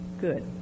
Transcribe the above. good